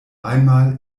einmal